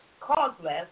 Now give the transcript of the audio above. causeless